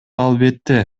албетте